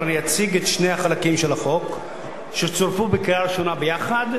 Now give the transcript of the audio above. אבל אני אציג את שני החלקים של החוק שצורפו לקריאה ראשונה ביחד,